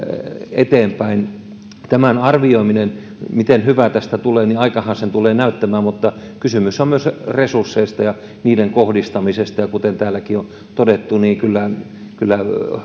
eteenpäin tämän arvioiminen miten hyvä tästä tulee aikahan sen tulee näyttämään mutta kysymys on myös resursseista ja niiden kohdistamisesta ja kuten täälläkin on todettu niin kyllä kyllä